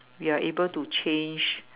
we are able to change